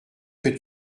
que